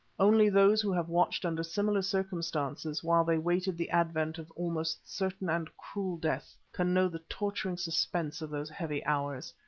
only those who have watched under similar circumstances while they waited the advent of almost certain and cruel death, can know the torturing suspense of those heavy hours.